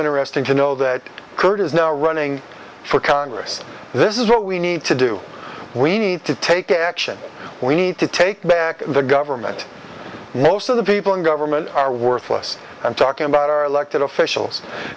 interesting to know that curt is now running for congress this is what we need to do we need to take action we need to take back the government also the people in government are worthless i'm talking about our elected officials